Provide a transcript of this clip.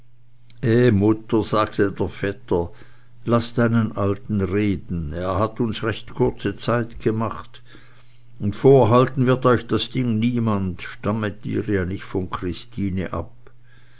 mutter sagte der vetter laß deinen alten reden er hat uns recht kurze zeit gemacht und vorhalten wird euch das ding niemand stammet ihr ja nicht von christine ab